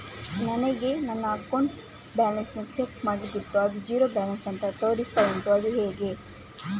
ನನಗೆ ನನ್ನ account balance check ಮಾಡ್ಲಿಕ್ಕಿತ್ತು ಅದು ಝೀರೋ ಬ್ಯಾಲೆನ್ಸ್ ಅಂತ ತೋರಿಸ್ತಾ ಉಂಟು ಅದು ಹೇಗೆ?